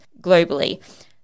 globally